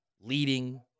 leading